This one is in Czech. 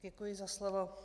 Děkuji za slovo.